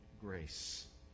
grace